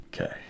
Okay